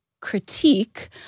critique